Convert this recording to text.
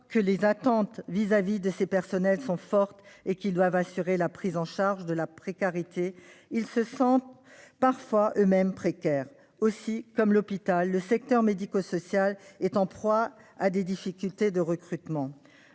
que les attentes vis-à-vis de ces personnels sont fortes, et que ceux-ci doivent assurer la prise en charge de la précarité, ils se sentent parfois eux-mêmes précaires. Aussi, comme l'hôpital, le secteur médico-social est-il en proie à des difficultés de recrutement.